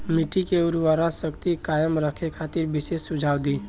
मिट्टी के उर्वरा शक्ति कायम रखे खातिर विशेष सुझाव दी?